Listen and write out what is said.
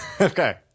Okay